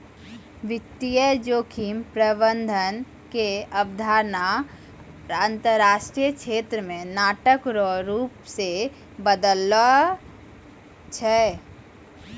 वित्तीय जोखिम प्रबंधन के अवधारणा अंतरराष्ट्रीय क्षेत्र मे नाटक रो रूप से बदललो छै